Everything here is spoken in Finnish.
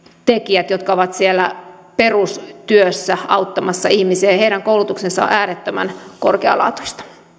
tekijät jotka ovat siellä perustyössä auttamassa ihmisiä ja heidän koulutuksensa on äärettömän korkealaatuista